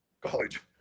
college